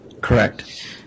Correct